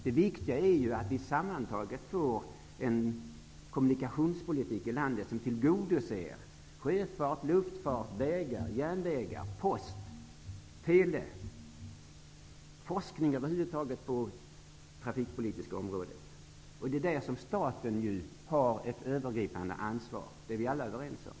Det viktiga är att vi sammantaget får en kommunikationspolitik i landet som tillgodoser sjöfart, luftfart, vägar, järnvägar, post och tele samt forskning över huvud taget på det trafikpolitiska området. Att staten där har ett övergripande ansvar, är vi alla överens om.